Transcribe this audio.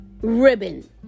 ribbon